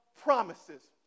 promises